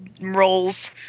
rolls